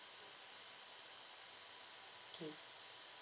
K